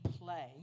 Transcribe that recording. play